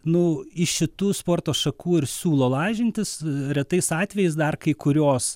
nu iš šitų sporto šakų ir siūlo lažintis retais atvejais dar kai kurios